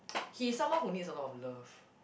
he's someone who needs a lot of love